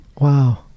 wow